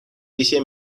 一些